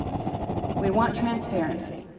we want transparency.